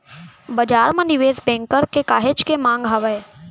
बजार म निवेस बेंकर के काहेच के मांग हावय